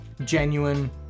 genuine